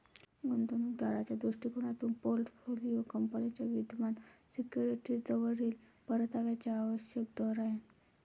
गुंतवणूक दाराच्या दृष्टिकोनातून पोर्टफोलिओ कंपनीच्या विद्यमान सिक्युरिटीजवरील परताव्याचा आवश्यक दर आहे